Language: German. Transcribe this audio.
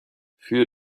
für